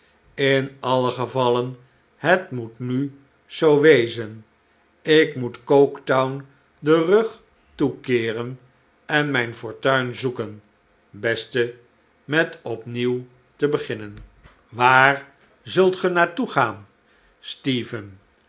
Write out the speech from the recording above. in alien gevalle het moet nu zoo wezen ik moet coketown den rug toekeeren en mijn fortuin zoeken beste met opnieuw te beginnen waar zult ge naar toe gaan stephen